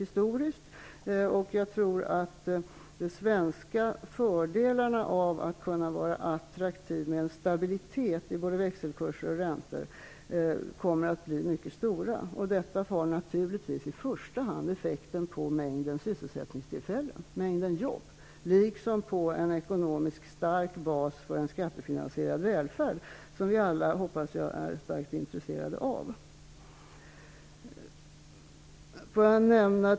Jag tror att Sverige kommer att få stora fördelar om landet kan bli attraktivt med en stabilitet i både växelkurser och räntor. Detta får naturligtvis i första hand effekt på antalet sysselsättningstillfällen, antalet jobb. Det blir också en ekonomiskt stark bas för en skattefinansierad välfärd, vilket jag hoppas att vi alla är mycket intresserade av.